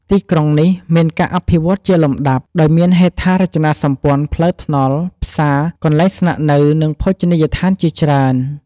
ទីក្រុងនេះមានការអភិវឌ្ឍជាលំដាប់ ដោយមានហេដ្ឋារចនាសម្ព័ន្ធផ្លូវថ្នល់ ផ្សារ កន្លែងស្នាក់នៅ និងភោជនីយដ្ឋានជាច្រើន។